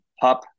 Pop